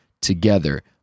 together